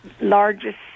largest